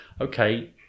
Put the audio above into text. okay